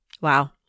wow